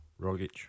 Rogic